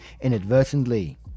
inadvertently